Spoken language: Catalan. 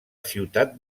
ciutat